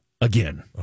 again